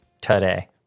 today